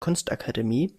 kunstakademie